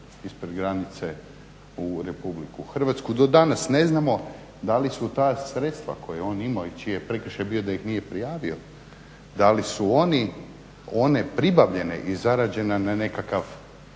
ispred granice u RH. do danas ne znamo da li su ta sredstva koje je on imao i čiji je prekršaj bio da nije prijavio, da li su one pribavljene i zarađene na nekakav